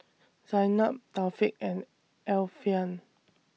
Zaynab Taufik and Alfian